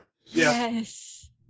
Yes